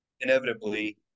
inevitably